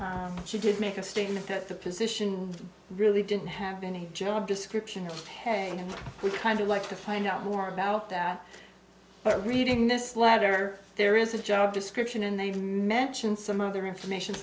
and she did make a statement that the position really didn't have any job description and we kind of like to find out more about that but reading this letter there is a job description and they mention some other information